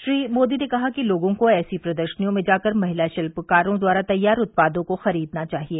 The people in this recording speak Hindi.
श्री मोदी ने कहा कि लोगों को ऐसी प्रदर्शनियों में जाकर महिला शिल्पकारों द्वारा तैयार उत्पादों को खरीदना चाहिए